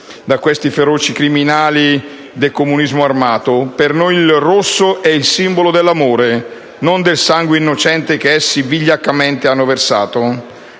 da questi feroci criminali del comunismo armato, per noi il rosso è il simbolo dell'amore, non del sangue innocente che essi vigliaccamente hanno versato.